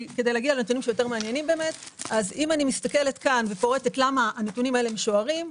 אם אי מסתכלת ופורטת למה הנתונים האלה משוערים,